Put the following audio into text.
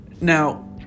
Now